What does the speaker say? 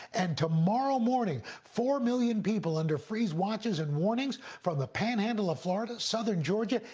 and tomorrow morning four million people under freeze watches and warnings from the panhandle of florida, southern georgia,